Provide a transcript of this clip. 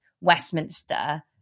Westminster